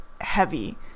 heavy